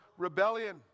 rebellion